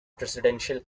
presidential